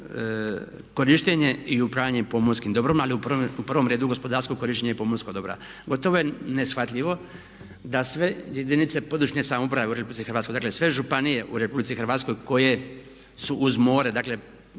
korištenje i upravljanje pomorskim dobrom, ali u prvom redu gospodarsko korištenje pomorskog dobra. Gotovo je neshvatljivo da sve jedinice područne samouprave u Republici Hrvatskoj, dakle sve županije u Republici Hrvatskoj koje su uz more, dakle